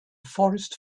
forest